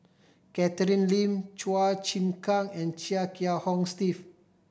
Catherine Lim Chua Chim Kang and Chia Kiah Hong Steve